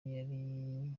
yari